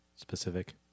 specific